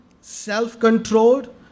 self-controlled